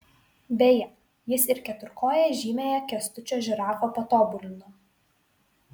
beje jis ir keturkoję žymiąją kęstučio žirafą patobulino